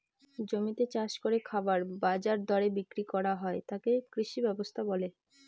জমিতে চাষ করে খাবার বাজার দরে বিক্রি করা হয় তাকে কৃষি ব্যবস্থা বলে